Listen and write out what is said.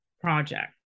project